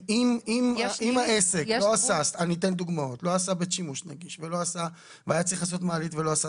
אם העסק לא עשה חדרי שירותים מונגשים והיה צריך לעשות מעלית ולא עשה,